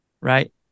right